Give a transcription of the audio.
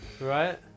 Right